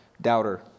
doubter